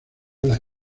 las